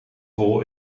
vol